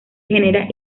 genera